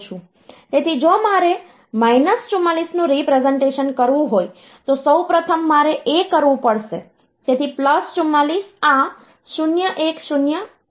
તેથી જો મારે માઈનસ 44 નું રીપ્રેસનટેશન કરવું હોય તો સૌ પ્રથમ મારે એ કરવું પડશે તેથીપ્લસ 44 આ 0101100 તરીકે રજૂ થાય છે